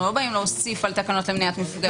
אנחנו לא באים להוסיף על תקנות למניעת מפגעים.